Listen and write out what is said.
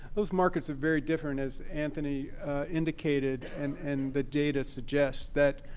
those markets are very different as anthony indicated. and and the data suggests that